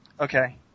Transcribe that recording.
Okay